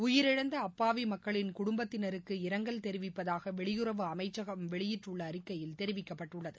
உயிரிழந்தஅப்பாவிமக்களின் குடும்பத்தினருக்கு இரங்கல் தெரிவிப்பதாகவெளியுறவு அமைச்சகம் வெளியிட்டுள்ளஅறிக்கையில் தெரிவிக்கப்பட்டுள்ளது